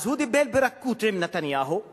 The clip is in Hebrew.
אז הוא דיבר ברכות עם נתניהו,